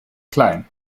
klein